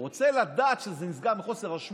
הוא רוצה לדעת שזה נסגר מחוסר אשמה.